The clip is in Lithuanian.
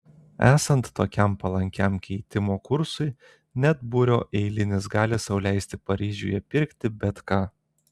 esant tokiam palankiam keitimo kursui net būrio eilinis gali sau leisti paryžiuje pirkti bet ką